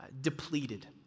depleted